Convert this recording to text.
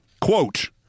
Quote